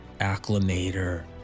acclimator